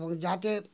যাতে